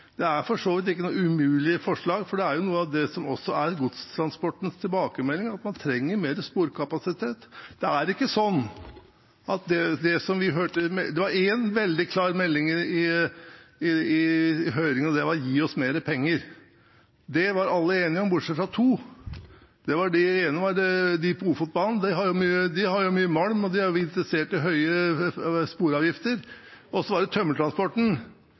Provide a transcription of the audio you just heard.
Det er for så vidt ikke noe umulig forslag, for noe av godstransportens tilbakemelding er at man trenger mer sporkapasitet. Det var én veldig klar melding i høringen, og det var: Gi oss mer penger. Det var alle enige om bortsett fra to. Den ene var de på Ofotbanen. De har mye malm og er interessert i høye sporavgifter. Så var det